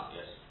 Yes